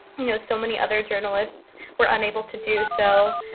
you know, so many other journalists were unable to do so.